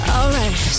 Alright